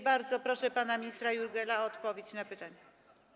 Bardzo proszę pana ministra Jurgiela o odpowiedź na pytania.